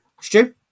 Stu